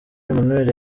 emmanuel